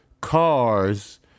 cars